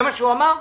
זה מה שהאוצר אמר?